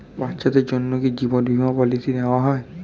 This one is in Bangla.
বাচ্চাদের জন্য কি জীবন বীমা পলিসি নেওয়া যায়?